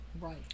Right